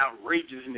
outrageousness